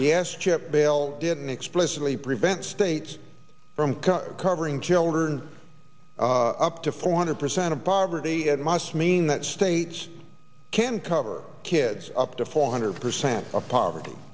the s chip bail didn't explicitly prevent states from covering children up to four hundred percent of poverty and must mean that states can cover kids up to four hundred percent of poverty